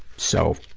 so,